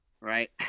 right